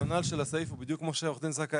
הרציונל של הסעיף הוא בדיוק כמו שעורך דין זכאי